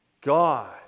God